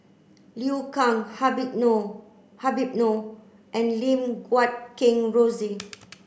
Liu Kang Habib Noh Habib Noh and Lim Guat Kheng Rosie